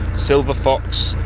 silver fox,